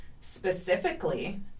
specifically